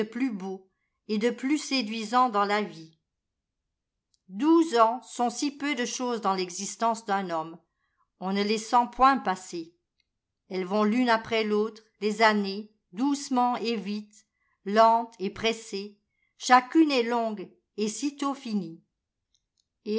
plus beau et de plus séduisant dans la vie douze ans sont si jdcu de chose dans l'existence d'un homme on ne les sent point passer elles vont l'une après l'autre les années doucement et vite lentes et pressées chacune est longue et si tôt finie